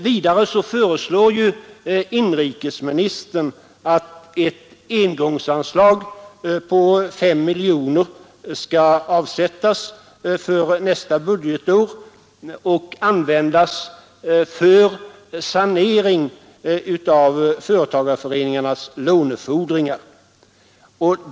Vidare föreslår inrikesministern att ett engångsanslag på 5 miljoner för nästa budgetår anvisas till sanering av företagarföreningarnas lånefordringar.